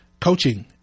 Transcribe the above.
coaching